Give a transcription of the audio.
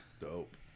Dope